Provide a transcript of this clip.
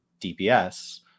dps